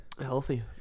Healthy